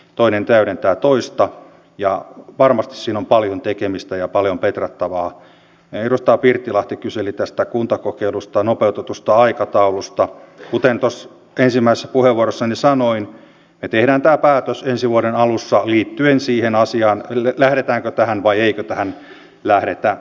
tietysti toivon että kykenemme sitten myöskin hallituksessa sitä nostamaan vielä vahvemmin esiin koska sitä tietysti pidän hiukan sellaisena että kuitenkin kun ajatellaan että meillä on sote uudistus tulossa siihenkin peilaten on erittäin tärkeää että sitä voimme nostaa sitten